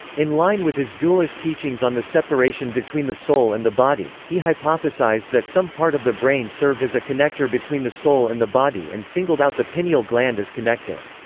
in line with his dualist teachings on the separation between the soul and the body, he hypothesized that some part of the brain served as a connector between the soul and the body and singled out the pineal gland as connector.